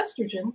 estrogen